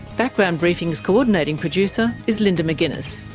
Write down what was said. background briefing's co-ordinating producer is linda mcginness,